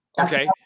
Okay